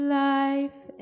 life